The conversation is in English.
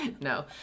No